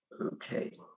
Okay